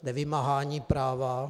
Nevymáhání práva.